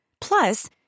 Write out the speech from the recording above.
Plus